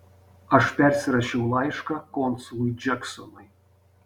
aš persirašiau laišką konsului džeksonui